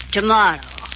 Tomorrow